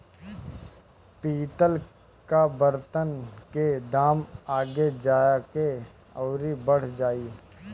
पितल कअ बर्तन के दाम आगे जाके अउरी बढ़ जाई